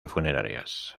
funerarias